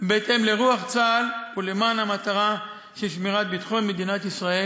בהתאם לרוח צה"ל ולמען המטרה של שמירת ביטחון מדינת ישראל